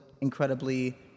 incredibly